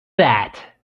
that